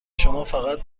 شمافقط